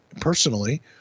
personally